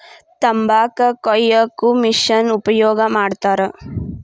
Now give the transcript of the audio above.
ತಂಬಾಕ ಕೊಯ್ಯಾಕು ಮಿಶೆನ್ ಉಪಯೋಗ ಮಾಡತಾರ